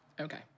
Okay